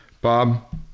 Bob